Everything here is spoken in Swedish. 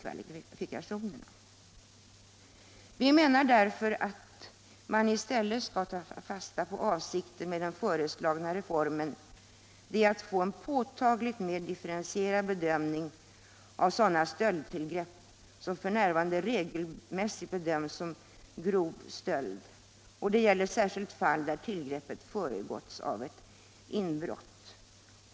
Vi reservanter menar att man skall ta fasta på avsikten med den föreslagna reformen, nämligen att få en påtagligt mer differentierad bedömning av sådana tillgrepp som f.n. regelmässigt bedöms som grov stöld; det gäller särskilt fall där tillgreppet föregåtts av ett inbrott.